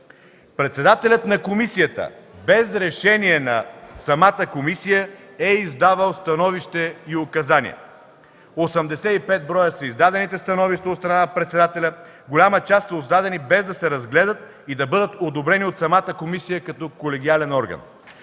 Председателят на комисията без решение на самата комисия е издавал становища и указания – 85 броя са издадените становища от страна на председателя. Голяма част са издадени, без да се разгледат и да бъдат одобрени от самата комисия като колегиален орган.